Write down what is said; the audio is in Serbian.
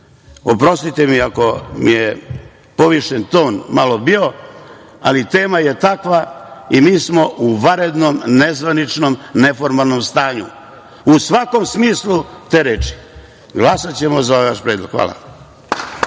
itd. Oprostite mi ako mi je povišen ton malo bio, ali tema je takva i mi smo u vanrednom, nezvaničnom, neformalnom stanju. U svakom smislu te reči. Glasaćemo za ovaj vaš predlog. Hvala.